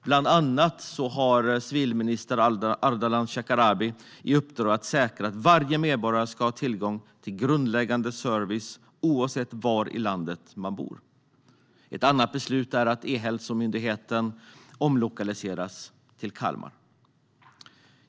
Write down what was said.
Bland annat har civilminister Ardalan Shekarabi i uppdrag att säkra att varje medborgare har tillgång till grundläggande service, oavsett var i landet man bor. Ett annat beslut är att E-hälsomyndigheten omlokaliseras till Kalmar.